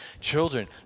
children